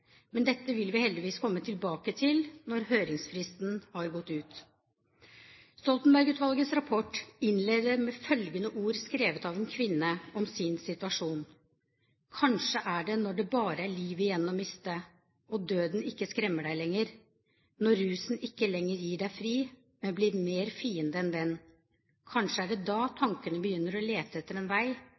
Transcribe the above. Men dette vil vi heldigvis komme tilbake til når høringsfristen har gått ut. Stoltenberg-utvalgets rapport innleder med følgende ord skrevet av en kvinne om sin situasjon: «Kanskje er det når det bare er livet igjen å miste, og døden ikke skremmer deg lenger, når rusen ikke lenger gir deg fri, men blir mer fiende enn venn – kanskje er det da tankene begynner å lete etter en vei